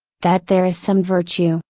that there is some virtue,